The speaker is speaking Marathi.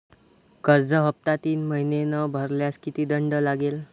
कर्ज हफ्ता तीन महिने न भरल्यास किती दंड लागेल?